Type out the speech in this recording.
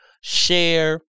share